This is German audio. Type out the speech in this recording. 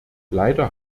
leider